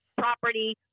property